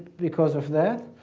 because of that.